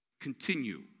continue